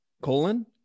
colon